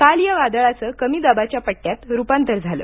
काल या वादळाचं कमी दाबाच्या पट्टयात रुपांतर झालं